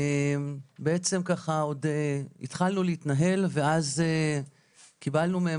בעצם ככה עוד התחלנו להתנהל ואז קיבלנו מהם,